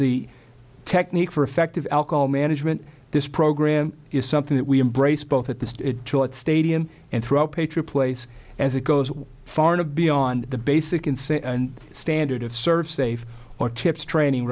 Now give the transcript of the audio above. the technique for effective alcohol management this program is something that we embrace both at the stadium and throughout patriot place as it goes far beyond the basic standard of service safe or tips training